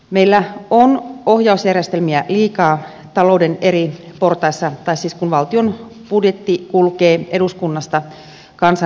meillä on ohjausjärjestelmiä liikaa talouden eri portaissa tai siis kun valtion budjetti kulkee eduskunnasta kansan tasolle